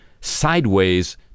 sideways